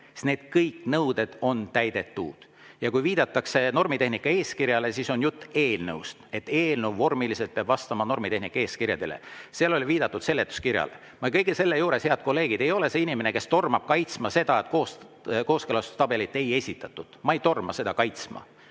need nõuded on täidetud. Kui viidatakse normitehnika eeskirjale, siis seal on juttu eelnõust, et eelnõu peab vormiliselt vastama normitehnika eeskirjale. Seal ei ole viidatud seletuskirjale. Kõige selle juures, head kolleegid, ei ole ma see inimene, kes tormab kaitsma seda, et kooskõlastustabelit ei esitatud. Ma ei torma seda kaitsma.